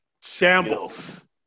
Shambles